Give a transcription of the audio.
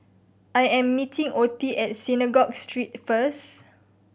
I am meeting Ottie at Synagogue Street first